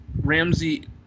Ramsey